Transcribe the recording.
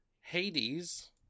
Hades